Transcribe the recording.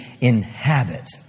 inhabit